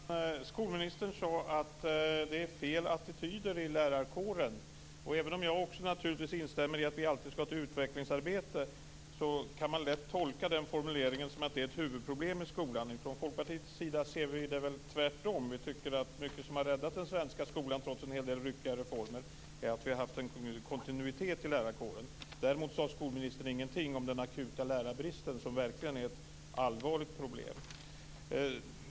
Herr talman! Skolministern sade att det är fel attityder i lärarkåren. Även om jag också naturligtvis instämmer i att vi alltid skall ha ett utvecklingsarbete kan man lätt tolka den formuleringen som att detta är ett huvudproblem i skolan. Från Folkpartiets sida ser vi det tvärtom. Vi tycker att mycket av det som har räddat den svenska skolan, trots en hel del ryckiga reformer, är att vi har haft en kontinuitet i lärarkåren. Däremot sade skolministern ingenting om den akuta lärarbristen, som verkligen är ett allvarligt problem.